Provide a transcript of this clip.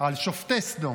על שופטי סדום.